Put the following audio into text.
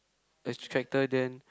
it's a tractor then